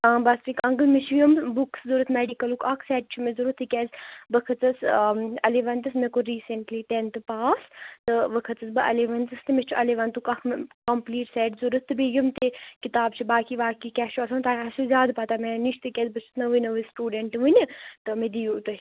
آ بس ٹھیٖک انکٕل مےٚ چھِ یِم بُکٕس ضرورت میٚڈکٕلُک اَکھ سٮ۪ٹ چھُ مےٚ ضرورت تہِ کیازِ بہٕ کٔھژٕس اَلٮ۪وَنتھس مےٚ کوٚر ریسنٹلی ٹٮ۪نتھ پاس تہٕ ووں کٔھژٕس بہٕ اَلٮ۪وَنتھس تہٕ مےٚ چھُ اَلٮ۪وَنتھُک اَکھ کَمپٕلیٖٹ سٮ۪ٹ ضرورت تہٕ بییہِ یِم تہِ کِتابہٕ چھِ باقٕے باقٕے کیاہ چھُ آسان تۄہہِ آسِوٕ زیادٕ پتہ میانہِ نش تہِ کیازِ بہٕ چھس نٔوٕے نٔوٕے سٹوڈنٹ وٕنہِ تہٕ مےٚ دِیو تُہۍ